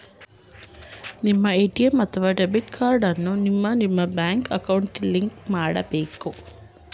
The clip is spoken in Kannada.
ನಿಮ್ಮ ಎ.ಟಿ.ಎಂ ಅಥವಾ ಡೆಬಿಟ್ ಕಾರ್ಡ್ ಅನ್ನ ನಿಮ್ಮ ನಿಮ್ಮ ಬ್ಯಾಂಕ್ ಅಕೌಂಟ್ಗೆ ಲಿಂಕ್ ಮಾಡಬೇಕು